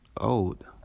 old